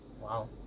Wow